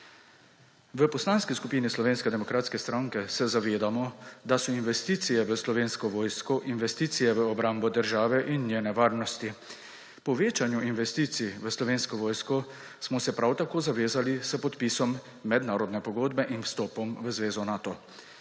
V Poslanski skupini Slovenske demokratske stranke se zavedamo, da so investicije v Slovensko vojsko investicije v obrambo države in njene varnosti. Povečanju investicij v Slovensko vojsko smo se prav tako zavezali s podpisom mednarodne pogodbe in vstopom v zvezo Nato.